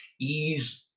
ease